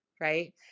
right